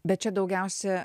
bet čia daugiausia